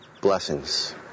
blessings